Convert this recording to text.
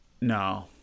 No